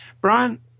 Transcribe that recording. Brian